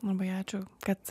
labai ačiū kad